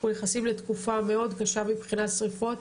אנחנו נכנסים לתקופה מאוד קשה מבחינת שריפות.